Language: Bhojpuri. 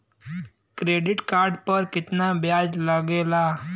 क्रेडिट कार्ड पर कितना ब्याज लगेला?